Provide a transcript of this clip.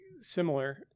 Similar